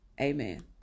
Amen